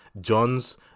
Johns